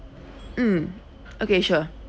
mm okay sure